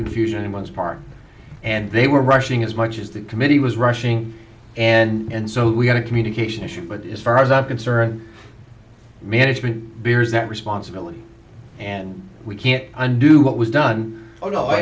confusion in one's part and they were rushing as much as the committee was rushing and so we had a communication issue but as far as i'm concerned management bears that responsibility and we can't undo what was done oh